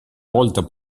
volta